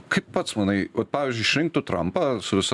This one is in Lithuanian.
kaip pats manai vat pavyzdžiui išrinktų trampą su visa